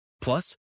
Plus